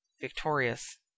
victorious